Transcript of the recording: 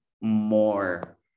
more